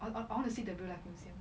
I I want to see the real life museum